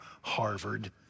Harvard